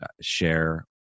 share